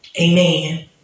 Amen